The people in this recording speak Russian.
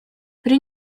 при